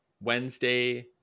Wednesday